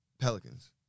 Pelicans